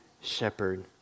shepherd